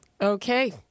Okay